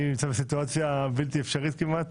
אני נמצא בסיטואציה בלתי אפשרית כמעט.